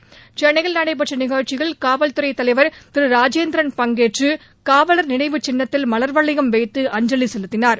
இந்நாளையாட்டி சென்னையில் நடைபெற்றநிகழ்ச்சியில் காவல்துறைதலைவர் திருராஜேந்திரன் பங்கேற்றுகாவலர் நினைவு சின்னத்தில் மலர்வளையம் வைத்து அஞ்சலிசெலுத்தினார்